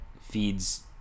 feeds